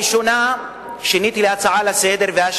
את הראשונה שיניתי להצעה לסדר-היום,